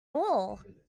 all